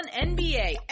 NBA